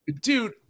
Dude